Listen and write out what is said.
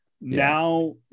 now